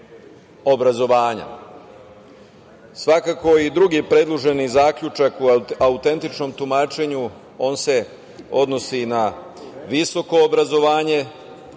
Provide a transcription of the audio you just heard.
obrazovanja. Svakako i drugi predloženi zaključak o autentičnom tumačenju on se odnosi na visoko obrazovanje